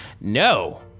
no